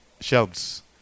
shelves